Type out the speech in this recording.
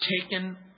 taken